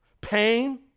Pain